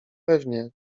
pewnie